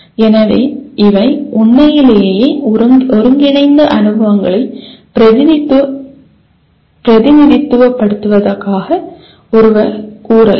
எனவே இவை உண்மையிலேயே ஒருங்கிணைந்த அனுபவங்களை பிரதிநிதித்துவப்படுத்துவதாக ஒருவர் கூறலாம்